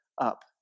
up